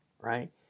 right